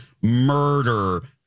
murder